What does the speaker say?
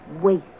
Wait